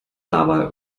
dabei